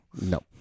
No